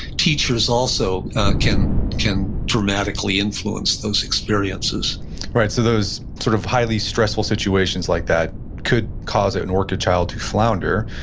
teachers also can can dramatically influence those experiences right, so those sort of highly stressful situations like that could cause an and orchid child to flounder,